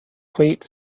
cleat